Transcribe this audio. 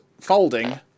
folding